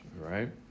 right